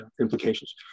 implications